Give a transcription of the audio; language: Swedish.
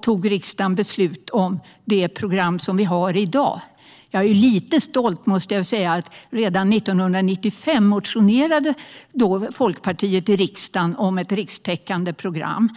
tog beslut om det program som vi har i dag. Jag är lite stolt, måste jag säga, över att dåvarande Folkpartiet redan 1995 motionerade i riksdagen om ett rikstäckande program.